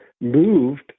moved